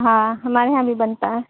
ہاں ہمارے یہاں بھی بنتا ہے